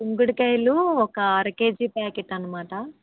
కుంకుడుకాయలు ఒక అర KG packet అన్నమాట